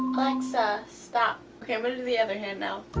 alexa, stop. okay i'm gonna do the other hand now.